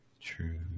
True